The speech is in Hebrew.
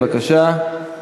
בבקשה.